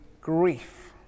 grief